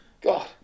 God